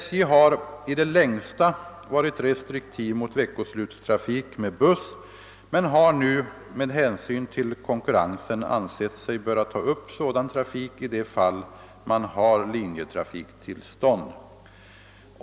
SJ har i det längsta varit restriktivt mot veckoslutstrafik med buss men har nu med hänsyn till konkurrensen ansett sig böra ta upp sådan trafik i de fall man har linjetrafiktillstånd.